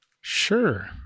sure